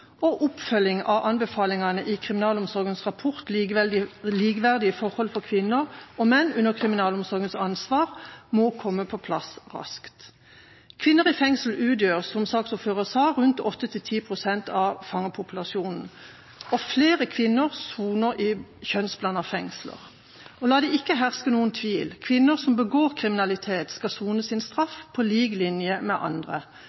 og oppfølging av anbefalingene i Kriminalomsorgens rapport, Likeverdige forhold for kvinner og menn under kriminalomsorgens ansvar, må komme på plass raskt. Kvinner i fengsel utgjør, som saksordføreren sa, rundt 8–10 pst. av fangepopulasjonen, og flere kvinner soner i kjønnsblandede fengsler. Og la det ikke herske noen tvil; kvinner som begår kriminalitet, skal sone sin straff, på lik linje med andre.